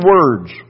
words